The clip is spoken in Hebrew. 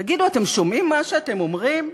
תגידו, אתם שומעים מה שאתם אומרים?